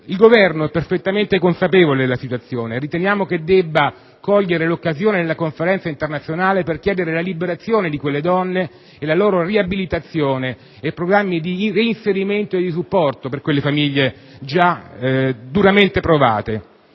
Il Governo è perfettamente consapevole della situazione; riteniamo debba cogliere l'occasione della Conferenza internazionale per chiedere la liberazione di quelle donne e la loro riabilitazione e programmi di reinserimento e di supporto per quelle famiglie già duramente provate.